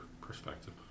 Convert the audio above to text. perspective